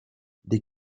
des